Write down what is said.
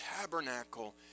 tabernacle